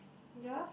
yours